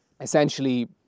essentially